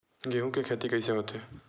गेहूं के खेती कइसे होथे?